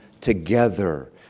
together